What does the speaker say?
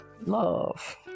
love